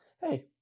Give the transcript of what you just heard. hey